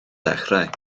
dechrau